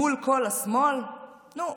מול כל השמאל, נו,